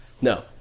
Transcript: No